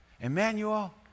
Emmanuel